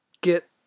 get